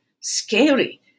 scary